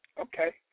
Okay